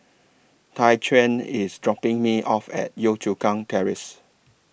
Tyquan IS dropping Me off At Yio Chu Kang Terrace